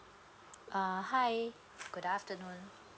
uh hi good afternoon